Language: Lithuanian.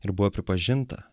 ir buvo pripažinta